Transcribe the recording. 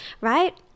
right